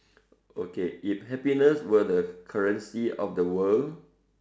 okay if happiness were the currency of the world